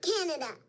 Canada